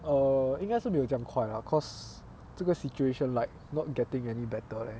err 应该是没有这样快 lah because 这个 situation like not getting any better leh